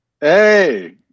Hey